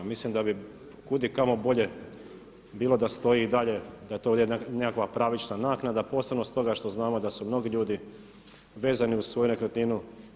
Mislim da bi kudikamo bolje bilo da stoji i dalje da je to ovdje nekakva pravična naknada posebno stoga što znamo da su mnogi ljudi vezani uz svoju nekretninu.